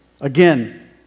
again